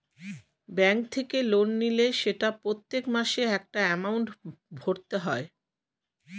bank থেকে loan নিলে সেটা প্রত্যেক মাসে একটা এমাউন্ট ভরতে হয়